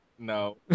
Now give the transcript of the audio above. No